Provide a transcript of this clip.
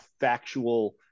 factual